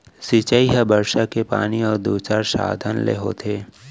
सिंचई ह बरसा के पानी अउ दूसर साधन ले होथे